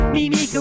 Mimi